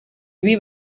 ibi